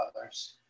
others